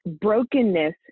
Brokenness